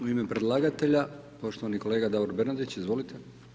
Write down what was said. U ime predlagatelja poštovani kolega Davor Bernardić, izvolite.